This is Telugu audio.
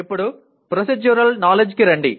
ఇప్పుడు ప్రోసీడ్యురల్ నాలెడ్జ్ కి రండి